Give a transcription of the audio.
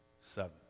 seven